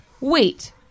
wait